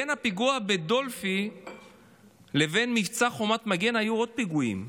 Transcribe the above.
בין הפיגוע בדולפי לבין מבצע חומת מגן היו עוד פיגועים,